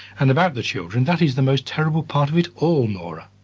and about the children that is the most terrible part of it all, nora.